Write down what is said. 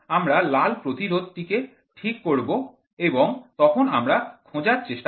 আমরা লাল প্রতিরোধ টিকে ঠিক করব এবং তখন আমরা খোঁজার চেষ্টা করব